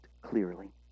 clearly